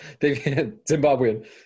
Zimbabwean